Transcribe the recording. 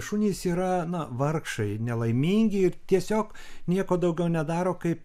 šunys yra na vargšai nelaimingi ir tiesiog nieko daugiau nedaro kaip